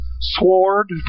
sword